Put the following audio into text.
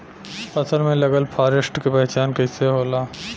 फसल में लगल फारेस्ट के पहचान कइसे होला?